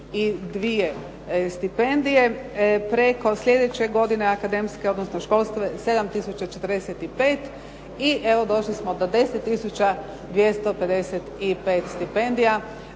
272 stipendije. Preko sljedeće godine akademske, odnosno školske 7 tisuća 45 i evo došli smo do 10 tisuća 255 stipendija.